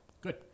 Good